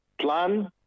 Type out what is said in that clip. plan